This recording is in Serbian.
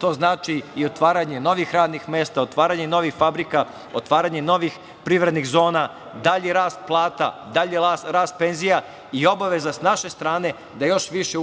to znači i otvaranje novih radnih mesta, otvaranje novih fabrika, otvaranje novih privrednih zona, dalji rast plata, dalji rast penzija i obaveza s naše strane, da još više